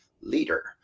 leader